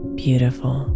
beautiful